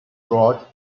drought